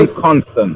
constant